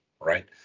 right